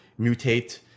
mutate